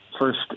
first